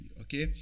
Okay